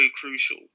crucial